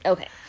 Okay